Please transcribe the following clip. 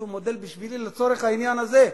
הוא מודל בשבילי לצורך העניין הזה,